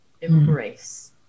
embrace